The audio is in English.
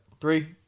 Three